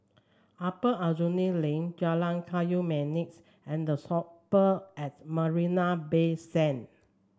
Upper Aljunied Link Jalan Kayu Manis and The Shopper at Marina Bay Sands